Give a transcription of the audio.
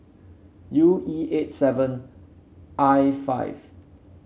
U E eight seven I five